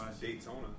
Daytona